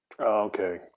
Okay